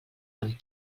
amb